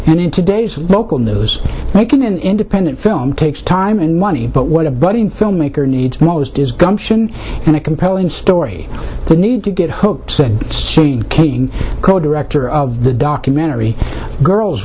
and in today's local news making an independent film takes time and money but what a budding filmmaker needs most is gumption and a compelling story you need to get hooked said king co director of the documentary girls